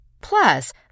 Plus